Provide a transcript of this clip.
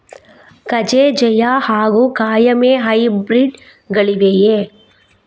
ಕಜೆ ಜಯ ಹಾಗೂ ಕಾಯಮೆ ಹೈಬ್ರಿಡ್ ಗಳಿವೆಯೇ?